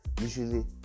usually